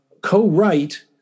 co-write